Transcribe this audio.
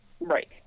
Right